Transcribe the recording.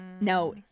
No